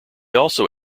also